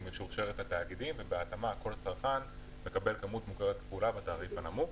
היא משורשרת לתאגידים ובהתאמה כל צרכן מקבל כמות כפולה בתעריף הנמוך.